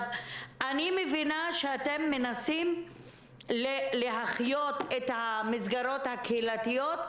אני מבינה שאתם מנסים להחיות את המסגרות הקהילתיות,